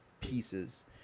pieces